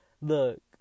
look